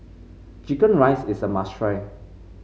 chicken rice is a must try